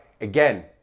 again